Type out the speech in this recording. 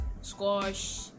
squash